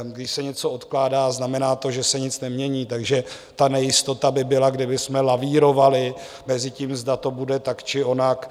Když se něco odkládá, znamená to, že se nic nemění, takže ta nejistota by byla, kdybychom lavírovali mezi tím, zda to bude tak, či onak.